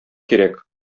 кирәк